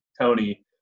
Tony